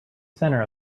center